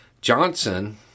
Johnson